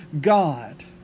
God